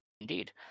Indeed